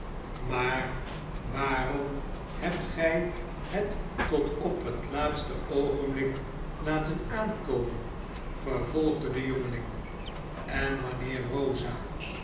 maar waarom hebt gij het tot op het laatste oogenblik laten aankomen vervolgde de jongeling en wanneer rosa